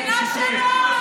אסור לך,